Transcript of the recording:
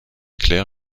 clair